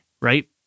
right